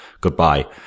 Goodbye